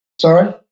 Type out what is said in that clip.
Sorry